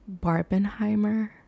barbenheimer